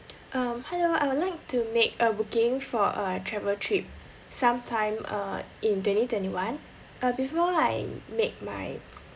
um hello I would like to make a booking for a travel trip some time uh in twenty twenty one uh before I make my